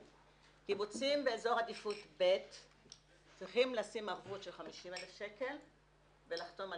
קיבוצים באזור עדיפות ב' צריכים לשים ערבות של 50,000 שקל ולחתום על